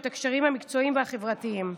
את הקשרים המקצועיים והחברתיים.